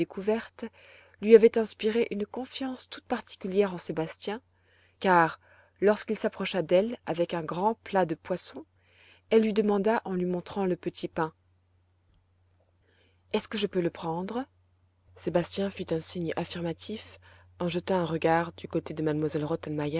découverte lui avait inspiré une confiance toute particulière en sébastien car lorsqu'il s'approcha d'elle avec un grand plat de poisson elle lui demanda en lui montrant le petit pain est-ce que je peux le prendre sébastien fit un signe affirmatif en jetant un regard du côté de